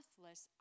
worthless